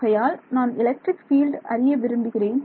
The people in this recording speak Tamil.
ஆகையால் நான் எலக்ட்ரிக் ஃபீல்டு அறிய விரும்புகிறேன்